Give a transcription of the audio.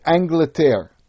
Angleterre